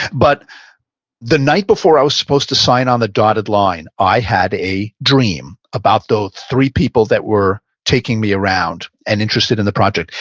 but the night before i was supposed to sign on the dotted line, i had a dream about those three people that were taking me around and interested in the project.